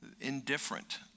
indifferent